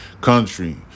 country